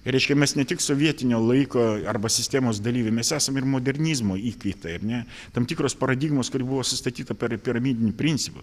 reiškia mes ne tik sovietinio laiko arba sistemos dalyviai mes esam ir modernizmo įkaitai ar ne tam tikros paradigmos kuri buvo sustatyta per piramidinį principą